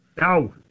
No